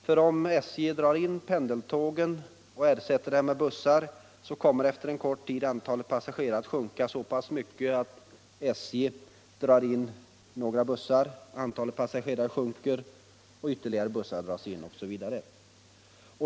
För om SJ drar in pendeltågen och ersätter dem med bussar, så kommer efter en kort tid antalet passagerare att sjunka så pass mycket att SJ drar in några bussar, antalet passagerare sjunker, ytterligare bussar dras in osv.